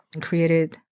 created